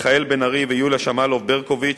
מיכאל בן-ארי ויוליה שמאלוב-ברקוביץ,